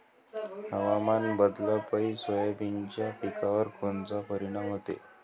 हवामान बदलापायी सोयाबीनच्या पिकावर कोनचा परिणाम होते?